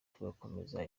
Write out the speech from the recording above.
tugakomeza